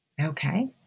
Okay